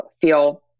feel